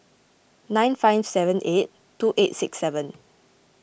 nine five seven eight two eight six seven